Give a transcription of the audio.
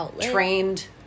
trained